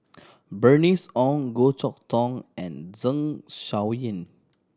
Bernice Ong Goh Chok Tong and Zeng Shouyin